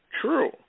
true